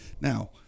now